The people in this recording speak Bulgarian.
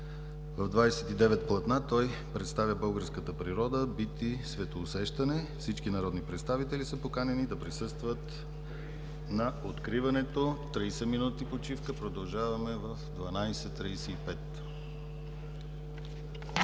В 29 платна той представя българската природа, бит и светоусещане. Всички народни представители са поканени да присъстват на откриването. Тридесет минути почивка. Продължаваме в 12,25